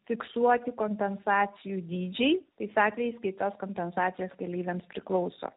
fiksuoti kompensacijų dydžiai tais atvejais kai tos kompensacijos keleiviams priklauso